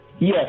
Yes